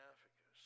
Africa